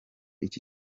iki